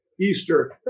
Easter